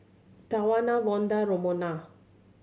Tawana Vonda and Romona